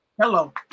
Hello